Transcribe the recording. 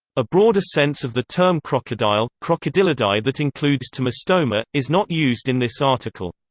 a broader sense of the term crocodile, crocodylidae that includes tomistoma, is not used in this article.